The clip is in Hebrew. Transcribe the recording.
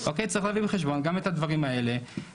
צריך להביא בחשבון גם את הדברים האלה,